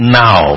now